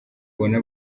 ubona